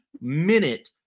minute